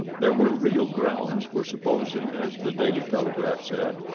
there were real grounds for supposing, as the daily telegraph said,